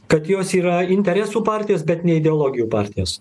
kad jos yra interesų partijos bet ne ideologijų partijos